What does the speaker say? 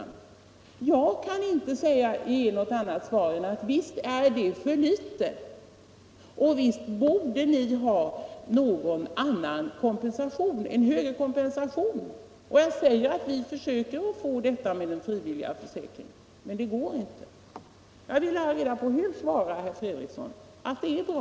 Jag kan inte ge något annat svar än att visst är det för litet och visst borde de ha en högre kompensation. Jag svarar också att vi försöker åstadkomma detta genom den frivilliga försäkringen men att det inte har lyckats. Jag vill ha reda på hur herr Fredriksson svarar. Är svaret att det är bra?